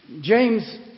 James